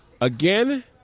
Again